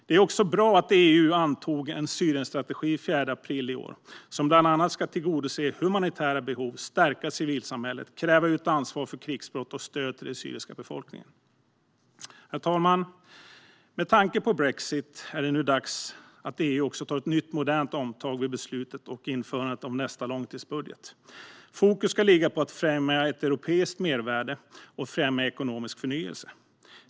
Det är också bra att EU antog en Syrienstrategi den 4 april i år. Den ska bland annat tillgodose humanitära behov, stärka civilsamhället, utkräva ansvar för krigsbrott och ge stöd till den syriska befolkningen. Herr talman! Med tanke på brexit är det nu dags att EU tar ett nytt, modernt omtag i beslutet om och införandet av nästa långtidsbudget. Fokus ska ligga på att främja ett europeiskt mervärde och främja ekonomisk förnyelse.